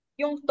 yung